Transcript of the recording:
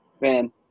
man